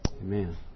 Amen